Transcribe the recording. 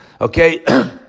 okay